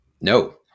No